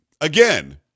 again